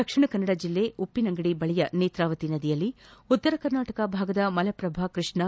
ದಕ್ಷಿಣ ಕನ್ನಡ ಜಿಲ್ಲೆ ಉಪ್ಪಿನಂಗಡಿ ಬಳಿಯ ನೇತ್ರುವಳಿ ನದಿಯಲ್ಲಿ ಉತ್ತರ ಕರ್ನಾಟಕ ಭಾಗದ ಮಲಪ್ರಭಾ ಕೃಷ್ಣಾ